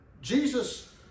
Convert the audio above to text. Jesus